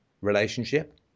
relationship